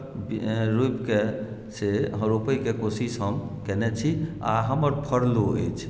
रोपिके से रोपयके कोशिश हम कयने छी आ हमर फड़लो अछि